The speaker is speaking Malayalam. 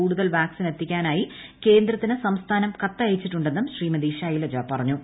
കൂടുതൽ വാക്സിൻ എത്തിക്കാനായി കേന്ദ്രത്തിന് സംസ്ഥാനം കത്തയച്ചിട്ടുണ്ടെന്നും ശ്രീമതി ശൈലജി പറഞ്ഞു